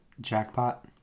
Jackpot